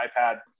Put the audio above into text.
iPad